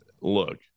look